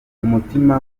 mutima